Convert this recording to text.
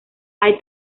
hay